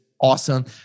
awesome